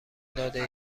داده